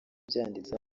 byanditseho